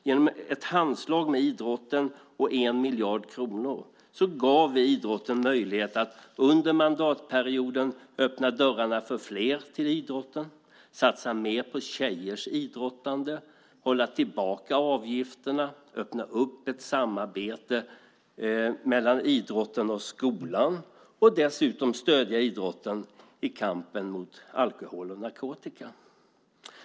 Genom ett handslag med idrotten och 1 miljard kronor gav vi idrotten möjlighet att under mandatperioden öppna dörrarna för flera till idrotten, att satsa mer på tjejers idrottande, att hålla tillbaka avgifterna, att öppna för ett samarbete mellan idrott och skola och att dessutom stödja idrotten i kampen mot alkohol och narkotika.